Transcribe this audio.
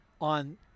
on